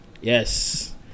yes